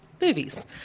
movies